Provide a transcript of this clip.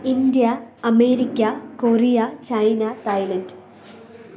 India America Korea China Thailand